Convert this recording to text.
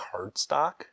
cardstock